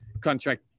contract